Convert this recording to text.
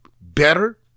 better